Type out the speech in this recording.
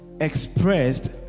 expressed